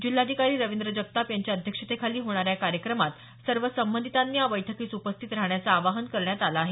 जिल्हाधिकारी रविंद्र जगताप यांच्या अध्यक्षतेखाली होणाऱ्या या कार्यक्रमात सर्व संबधितांनी या बैठकीस उपस्थित राहण्याचं आवाहन करण्यात आलं आहे